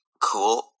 cool